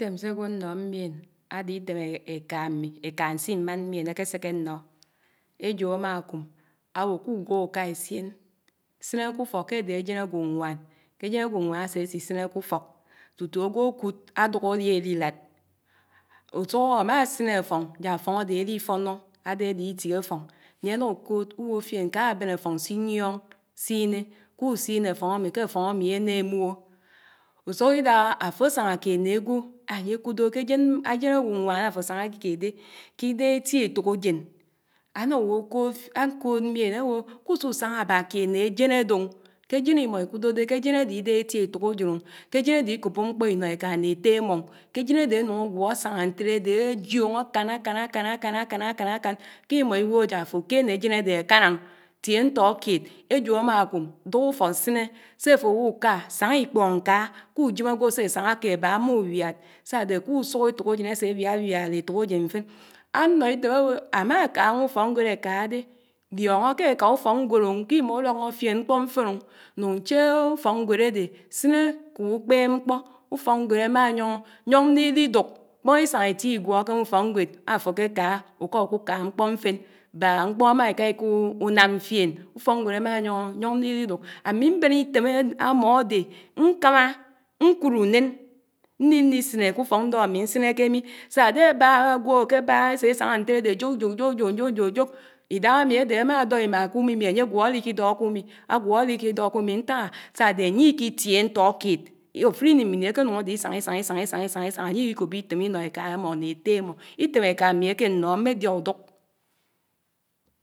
ìfèm sé áywò ánnó mɨén ádé ìfém ékámì, éká ãnsì ìmán mmién ákéséké ànnó. Éjò ámá ákùm áwò kùgwó ùkà éssién, sínné k’ùfók ké ádé ájén áywòñwán, ké ájén ágwòñwón ásé sisìné k’ùfók tùtù ágwò ádùk ádùk áli alílád. Ùsuhó àmá sìné áfòñ ják áfóñádé álidónó, àdé áli ititre ádòñ, ányé áná ùkòòd ùwòdíen kàà bèn áfoñ siyióñ sìné, kusíné áfoñ ámi ké áywò ányé kùdò ké ájén ájen àgwòñwán áfò sáñákà kéd dé ƙ’idéhé étí étòkájén ana uwo añkód mɨén áwò kùsù sáñá ábá kéd nné ájén ádèò, k’èjèn àdè ànùn áywó ásáñà ntéré àdé ajíoñ àkàn àkàn àkàn àkàn àkàn àkàn àkàn kìmó ìwòhò. Jàfò ákéné àjén àdé àkánàñ, tié ntó kéd, éjò ámákùm dùk ùfók sínnè, sé áfówùká sáñá ìkpóñ kàà, kùjém àywò sé ásáñá ké báá ámùwɨàd, sádé k’úsúk étòkàsén àsé àwiáwiád éfokásén mfén. Áñnó ítém áwó ámáká ánwá ùfókñgwèd ákáhádé ùóñó ké ákà ùfókñgwéd àdé. síné kòb ùkpébmkpó, ufókñgwéd àmà yòñó. yóñli liduk. mkpóñ isáñá itié ígwó kànwáùfoknfwed áfó kékàhà úká ùkùkà mkpi mfén báák mkpò ámáká íkúnámfién, ùfòkngwéd ámá yóñò yóñ lílílíduk. Ámì mbén itém ámódé ñkámá ñkúd únén mini síné k‘ùfók ñdó àɱí nsínékémì sásé àbà àgwó ákèbahá ésé sáñá ntérédé jòjòjòjòjò jòk. ídáhámi ádé ámá ádò imà k’úmimi ányé gwó líkí dó kumì. àgwó liki dó kúmì, ntáha?, sadè àñýìiátiéhé ñtó kéd, àfùs ìní àkénùñ ádé ísàñ ísán ísán ɨsán ísán ísàn ísán, àɲýìkí kòbò ítém ínó éká ámmó nné étté ámmó ítém ékámmì mmé diá ùdúk